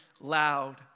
loud